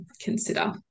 consider